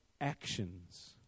actions